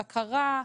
בקרה,